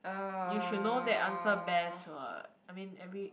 you should know that answer best what I mean every